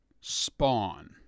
Spawn